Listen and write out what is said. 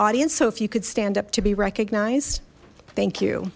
audience so if you could stand up to be recognized thank you